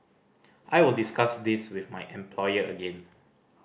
I will discuss this with my employer again